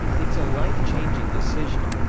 it's a life-changing decision.